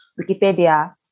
Wikipedia